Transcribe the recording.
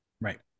right